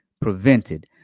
prevented